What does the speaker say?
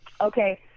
Okay